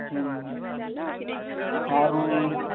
ହୁଁ ଆରୁ